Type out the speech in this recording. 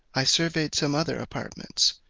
i surveyed some other apartments,